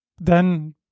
then-